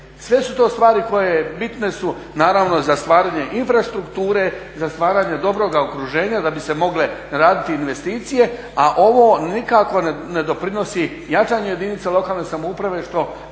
Sve su to stvari koje bitne su, naravno za stvaranje infrastrukture, za stvaranje dobroga okruženja da bi se mogle raditi investicije, a ovo nikako ne doprinosi jačanju jedinica lokalne samouprave što